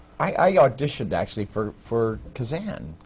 i auditioned, actually, for for kazan.